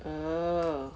oh